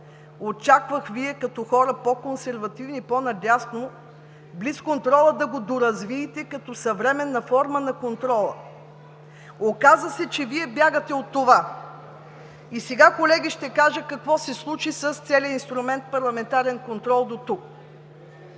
очаквах Вие като хора по-консервативни и по-надясно да доразвиете блицконтрола като съвременна форма на контрола. Оказва се, че Вие бягате от това. Сега, колеги, ще кажа какво се случи с целия инструмент „парламентарен контрол“ до тук.